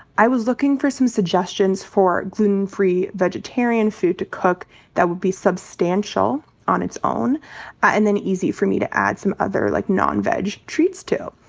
i was looking for some suggestions for gluten-free vegetarian food to cook that would be substantial on its own and then easy for me to add some other like non-veg treats to.